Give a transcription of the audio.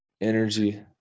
Energy